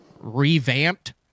revamped